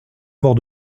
mort